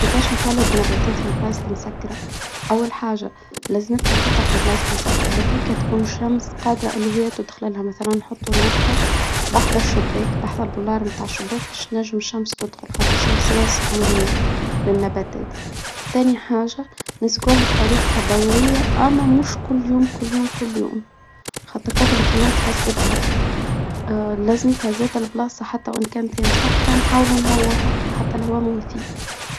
كيفاش نطول بالنباتات في البلايص المسكرة؟ أول حاجة لزمتنا حتى في البلايص المسكرة هاديك تكون الشمس قادرة إللي هي تدخل لها، مثلا حطوا نبتة بحذا الشباك بحض البلار متاع الشباك، بش نجم شمس تدخل، خاطر شمس ياسر مهمة للنباتات، تاني حاجة نسقوه بطريقة دورية، أما مش كل يوم- كل يوم- كل يوم حتى كثرة الماء تفسدها. لازمتها هذاك البلاصة، حتى وإن كانت هي مسكرة، نحاولوا نهوها حتى الهوا موفيد.